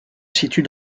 situe